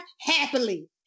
happily